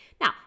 Now